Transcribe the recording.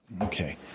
Okay